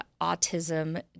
autism